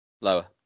lower